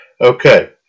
Okay